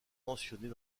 mentionnées